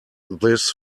this